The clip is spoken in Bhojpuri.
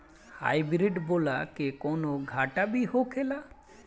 हाइब्रिड बोला के कौनो घाटा भी होखेला?